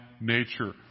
nature